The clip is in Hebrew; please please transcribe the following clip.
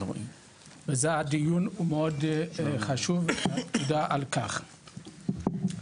וזה הדיון הוא מאוד חשוב ותודה על כך.